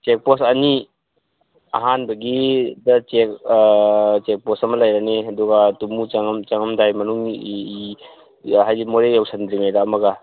check post ꯑꯅꯤ ꯑꯍꯥꯟꯕꯒꯤꯗ check check post ꯑꯃ ꯂꯩꯔꯅꯤ ꯑꯗꯨꯒ ꯇꯨꯃꯨ ꯆꯪꯉꯝꯗꯥꯏ ꯃꯅꯨꯡꯒꯤ ꯍꯥꯏꯕꯗꯤ ꯃꯣꯔꯦ ꯌꯧꯁꯟꯗ꯭ꯔꯤꯉꯩꯗ ꯑꯃꯒ